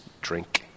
drink